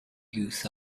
use